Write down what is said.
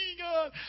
God